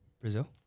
Brazil